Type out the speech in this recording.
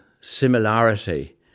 similarity